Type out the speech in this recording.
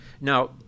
Now